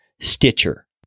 Stitcher